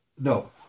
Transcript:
No